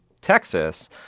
Texas